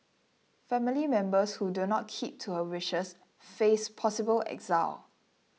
family members who do not keep to her wishes face possible exile